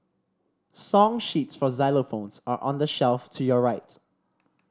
song sheets for xylophones are on the shelf to your rights